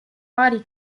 body